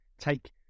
take